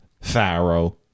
Pharaoh